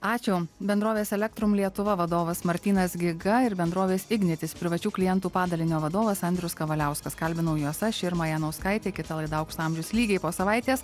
ačiū bendrovės elektrum lietuva vadovas martynas giga ir bendrovės ignitis privačių klientų padalinio vadovas andrius kavaliauskas kalbinau juos aš irma janauskaitė kita laida aukso amžius lygiai po savaitės